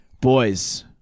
Boys